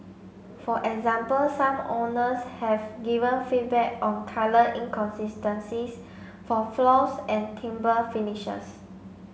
for example some owners have given feedback on colour inconsistencies for floors and timber finishes